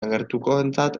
gertukoentzat